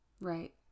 right